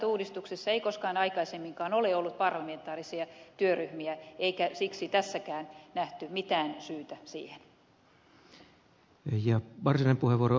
aluehallintouudistuksessa ei koskaan aikaisemminkaan ole ollut parlamentaarisia työryhmiä eikä siksi tässäkään nähty mitään syytä siihen